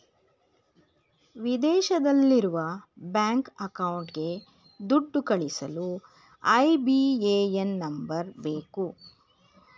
ವಿದೇಶದಲ್ಲಿರುವ ಬ್ಯಾಂಕ್ ಅಕೌಂಟ್ಗೆ ದುಡ್ಡು ಕಳಿಸಲು ಐ.ಬಿ.ಎ.ಎನ್ ನಂಬರ್ ಬೇಕು